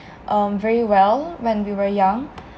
um very well when we were young